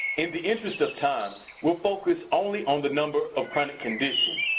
in the interest of time, we're focused only on the number of chronic conditions.